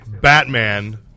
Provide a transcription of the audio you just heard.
Batman